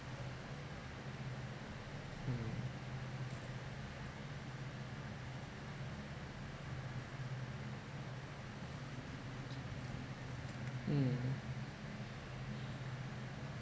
mm mm